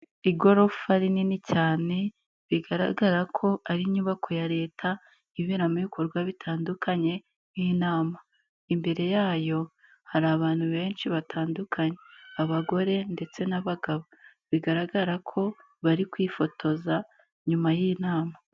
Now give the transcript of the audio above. Igorofa rinini cyane, bigaragara ko ari inyubako ya leta, ibera mu bikorwa bitandukanye nk'inama, imbere yayo hari abantu benshi batandunye, abagore ndetse n'abagabo, bigaragara ko bari kwifotoza, nyuma y'inama.